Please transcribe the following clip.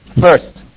first